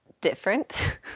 different